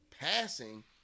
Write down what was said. passing